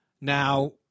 Now